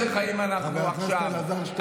רגע, עוד שתי נקודות קצרות.